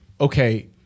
okay